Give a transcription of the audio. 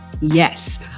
Yes